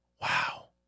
wow